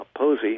Posey